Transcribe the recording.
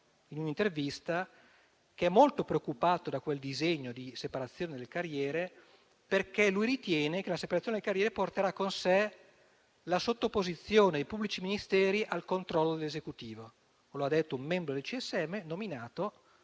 in un'intervista che è molto preoccupato da quel disegno di separazione delle carriere perché lui ritiene che la separazione delle carriere porterà con sé la sottoposizione dei pubblici ministeri al controllo dell'Esecutivo. Lo ha detto un membro del CSM nominato